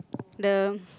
the